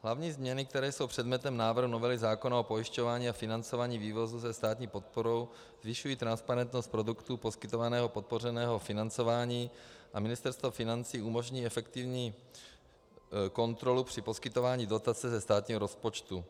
Hlavní změny, které jsou předmětem návrhu novely zákona o pojišťování a financování vývozu se státní podporou, zvyšují transparentnost produktů poskytovaného podpořeného financování a Ministerstvo financí umožní efektivní kontrolu při poskytování dotace ze státního rozpočtu.